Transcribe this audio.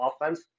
offense